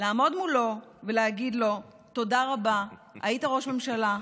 לעמוד מולו ולהגיד לו: תודה רבה, היית ראש ממשלה,